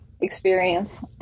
experience